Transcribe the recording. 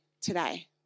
today